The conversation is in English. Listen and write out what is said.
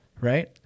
right